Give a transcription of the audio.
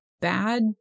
bad